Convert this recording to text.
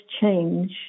change